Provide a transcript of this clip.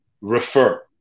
Refer